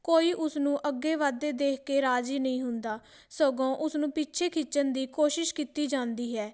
ਕੋਈ ਉਸਨੂੰ ਅੱਗੇ ਵੱਧਦੇ ਦੇਖ ਕੇ ਰਾਜ਼ੀ ਨਹੀਂ ਹੁੰਦਾ ਸਗੋਂ ਉਸ ਨੂੰ ਪਿੱਛੇ ਖਿੱਚਣ ਦੀ ਕੋਸ਼ਿਸ਼ ਕੀਤੀ ਜਾਂਦੀ ਹੈ